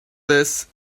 this